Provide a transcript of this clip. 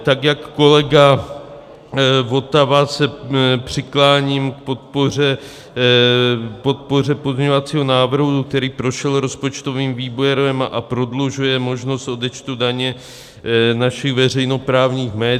Tak jako kolega Votava se přikláním k podpoře pozměňovacího návrhu, který prošel rozpočtovým výborem a prodlužuje možnost odečtu daně našich veřejnoprávních médií.